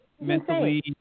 mentally